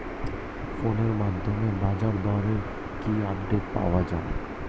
ফোনের মাধ্যমে বাজারদরের কি আপডেট পাওয়া যায়?